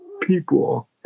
people